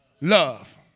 Love